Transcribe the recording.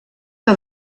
que